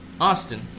Austin